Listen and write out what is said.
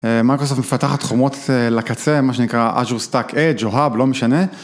Microsoft מפתח תחומות לקצה, מה שנקרא Azure Stack Edge או Hub, לא משנה.